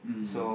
mmhmm